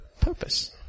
purpose